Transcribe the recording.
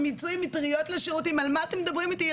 הם יצאו עם מטריות לשירותים על מה אתם מדברים אותי,